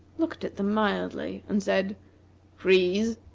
looked at them mildly, and said freeze!